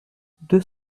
deux